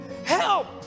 help